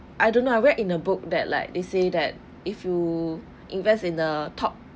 I don't know I read in a book that like they say that if you invest in the top